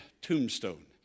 tombstone